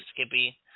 Skippy